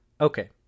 Okay